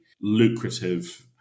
lucrative